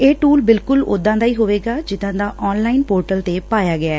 ਇਹ ਟੁਲ ਬਿਲਕੁਲ ਉਦਾਂ ਦਾ ਹੀ ਹੋਵੇਗਾ ਜਿਦਾ ਦਾ ਆਨਲਾਈਨ ਪੋਰਟਲ ਤੇ ਪਾਇਆ ਗਿਐ